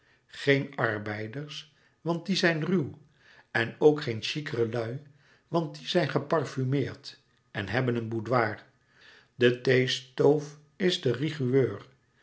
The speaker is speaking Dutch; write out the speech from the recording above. geen arbeiders want die zijn ruw en ook geen chiquere lui want die zijn geparfumeerd en hebben een bouilloir de theestoof is de rigueur